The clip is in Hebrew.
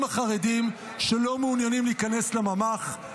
החרדים שלא מעוניינים להיכנס לממ"ח,